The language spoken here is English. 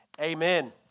amen